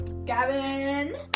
Gavin